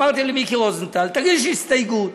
אמרתי למיקי רוזנטל: תגיש הסתייגות,